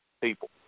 people